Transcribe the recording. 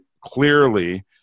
clearly